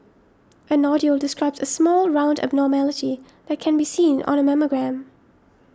a nodule describes a small round abnormality that can be seen on a mammogram